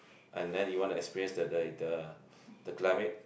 and then you want to experience the the the climate